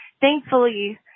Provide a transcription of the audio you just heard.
Thankfully